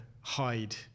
hide